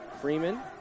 Freeman